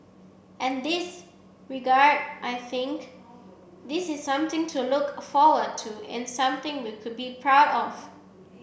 and this regard I think this is something to look forward to and something we could be proud of